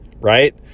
Right